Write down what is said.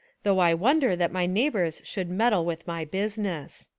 though i wonder that my neighbours should meddle with my business.